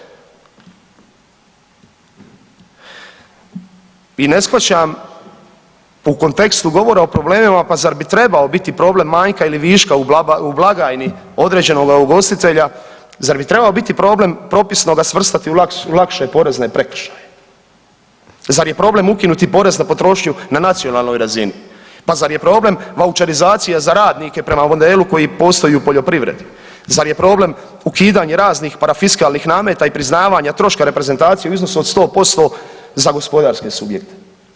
I ne shvaćam u kontekstu govora o problemima, pa zar bi trebao biti problem manjka ili viška u blagajni određenoga ugostitelja, zar bi trebao biti problem propisno ga svrstati u lakše porezne prekršaje, zar je problem ukinuti porez na potrošnju na nacionalnoj razini, pa zar je problem vaučerizacija za radnike prema modelu koji postoji u poljoprivredi, zar je problem ukidanje raznih parafiskalnih nameta i priznavanja troška reprezentacije u iznosu od 100% za gospodarske subjekte?